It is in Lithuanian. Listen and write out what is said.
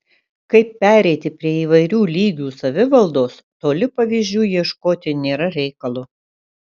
kaip pereiti prie įvairių lygių savivaldos toli pavyzdžių ieškoti nėra reikalo